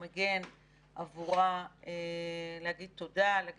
"תקנות העיטורים לחיילים" תקנות העיטורים בצבא הגנה לישראל (אות